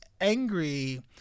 angry